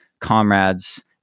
Comrades